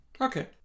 Okay